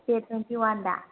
date twenty ꯋꯥꯟꯗ